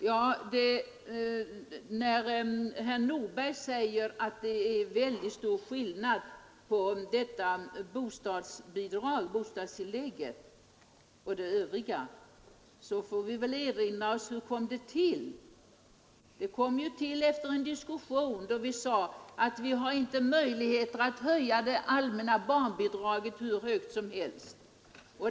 Herr talman! Herr Nordberg säger att det är mycket stor skillnad på bostadstilläggen och de övriga bidragen. Vi måste då erinra oss hur bostadstillägget tillkom. Det genomfördes efter en diskussion där man utgick ifrån att vi inte har möjlighet att höja det allmänna barnbidraget hur mycket som helst.